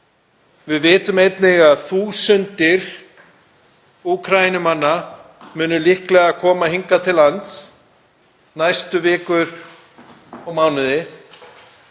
við vitum einnig að þúsundir Úkraínumanna munu líklega koma hingað til lands næstu vikur og mánuði